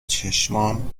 چشمام